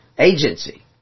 Agency